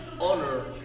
honor